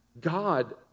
God